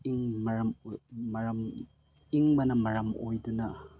ꯏꯪꯕꯅ ꯃꯔꯝ ꯃꯔꯝ ꯏꯪꯕꯅ ꯃꯔꯝ ꯑꯣꯏꯗꯨꯅ